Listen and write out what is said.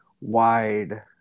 wide